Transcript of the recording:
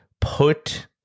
put